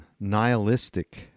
nihilistic